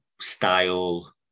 style